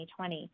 2020